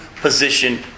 position